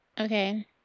Okay